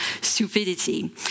stupidity